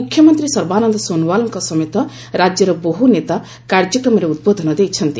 ମୁଖ୍ୟମନ୍ତ୍ରୀ ସର୍ବାନନ୍ଦ ସୋନୱାଲଙ୍କ ସମେତ ରାଜ୍ୟର ବହୁ ନେତା କାର୍ଯ୍ୟକ୍ରମରେ ଉଦ୍ବୋଧନ ଦେଇଛନ୍ତି